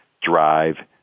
drive